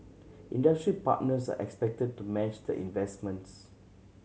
industry partners are expected to match the investments